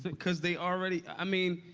because they already i mean,